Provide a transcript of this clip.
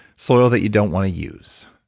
soil that you don't want to use.